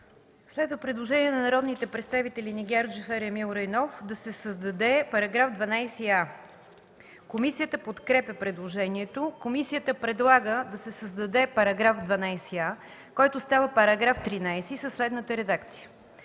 Следва предложение от народните представители Нигяр Джафер и Емил Райнов да се създаде § 12а. Комисията подкрепя предложението. Комисията предлага да се създаде § 12а, който става § 13 със следната редакция: